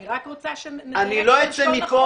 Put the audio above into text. אני רק רוצה שנדייק את לשון החוק.